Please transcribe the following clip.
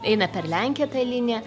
eina per lenkiją ta linija